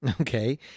Okay